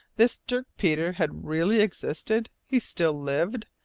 this dirk peters had really existed? he still lived?